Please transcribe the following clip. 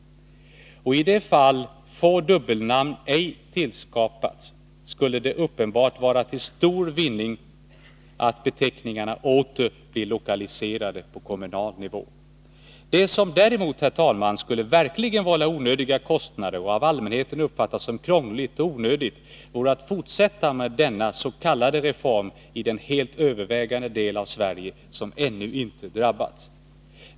Och i de fall då dubbelnamn ej tillskapats skulle det uppenbart vara till stor vinning att beteckningarna åter blir lokaliserade på kommunal nivå. Det som däremot, herr talman, verkligen skulle vara onödiga kostnader och av allmänheten uppfattats som krångligt och onödigt vore att fortsätta med denna s.k. reform i den helt övervägande del av Sverige som ännu inte drabbats.